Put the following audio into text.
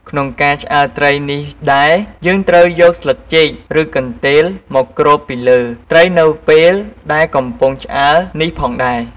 ក្នុងការឆ្អើរត្រី នេះដែរ យើងត្រូវយកស្លឹកចេក ឬ កន្ទេលមកគ្របពីលើ ត្រីនៅពេលដែលកំពុងឆ្អើរនេះផងដែរ។